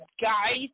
guys